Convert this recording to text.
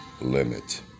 limit